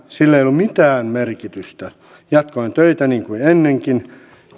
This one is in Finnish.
sillä ei ollut mitään merkitystä jatkoin töitä niin kuin ennenkin